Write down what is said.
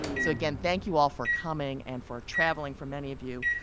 so again, thank you all for coming and for traveling, for many of you,